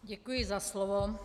Děkuji za slovo.